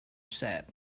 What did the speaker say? said